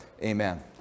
Amen